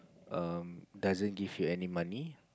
um doesn't give you any money